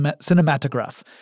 Cinematograph